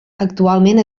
actualment